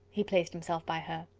he placed himself by her.